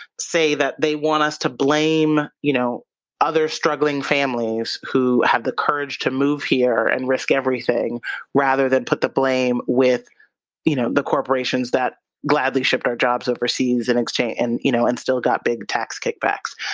say that they want us to blame you know other struggling families, who have the courage to move here and risk everything rather than put the blame with you know the corporations that gladly shipped our jobs overseas and and you know and still got big tax kickbacks.